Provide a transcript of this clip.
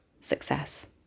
success